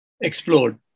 explode